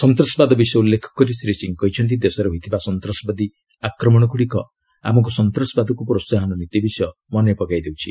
ସନ୍ତାସବାଦ ବିଷୟ ଉଲ୍ଲେଖ କରି ଶ୍ରୀ ସିଂହ କହିଛନ୍ତି ଦେଶରେ ହୋଇଥିବା ସନ୍ତାସବାଦୀ ଆକ୍ରମଣଗ୍ରଡ଼ିକ ଆମକ୍ର ସନ୍ତାସବାଦକ୍ତ ପ୍ରୋହାହନ ନୀତି ବିଷୟ ମନେପକାଇ ଦେଉଛି